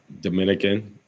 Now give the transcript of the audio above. Dominican